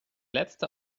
letzte